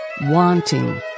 wanting